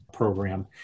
program